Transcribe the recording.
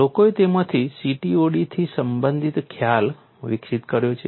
લોકોએ તેમાંથી CTOD થી સંબંધિત ખ્યાલ વિકસિત કર્યો છે